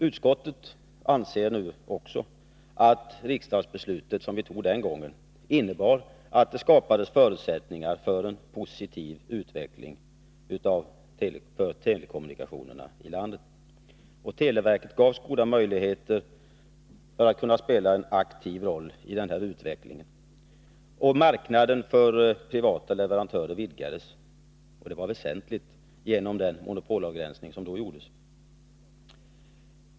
Utskottet anser också nu att det riksdagsbeslut som vi fattade den gången innebar att det skapades förutsättningar för en positiv utveckling för telekommunikationerna i landet och att televerket gavs goda möjligheter att kunna spela en aktiv roll i denna utveckling. Marknaden för privata leverantörer vidgades, vilket var väsentligt, genom den monopolavgränsning som då gjordes.